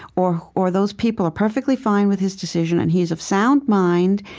or or those people are perfectly fine with his decision and he's of sound mind,